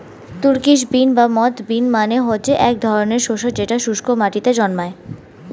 Turkish bean বা moth bean মানে হচ্ছে এক ধরনের শস্য যেটা শুস্ক মাটিতে জন্মায়